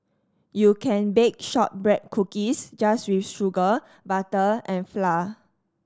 you can bake shortbread cookies just with sugar butter and flour